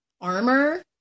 armor